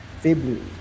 february